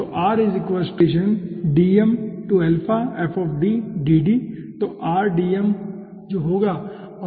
तो R dm होगा जो कि औसत व्यास dm से इनफिनीटी तक है